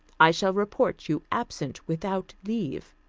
i shall report you absent without leave.